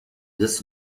des